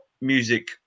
music